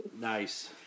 Nice